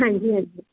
ਹਾਂਜੀ ਹਾਂਜੀ